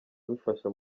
bifasha